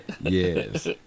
Yes